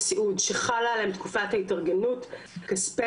כספי הפיקדון שלהם לא נתונים לניכוי,